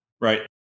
Right